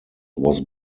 was